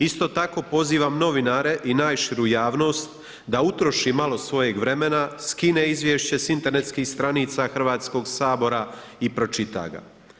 Isto tako pozivam novinare i najširu javnost da utroši malo svojeg vremena, skine Izvješće s internetskih stranica Hrvatskog sabora i pročita ga.